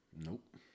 Nope